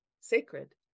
sacred